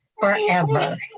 Forever